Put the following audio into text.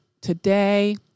today –